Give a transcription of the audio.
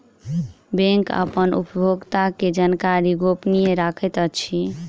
bank अपन उपभोगता के जानकारी गोपनीय रखैत अछि